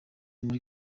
muri